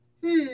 Hmm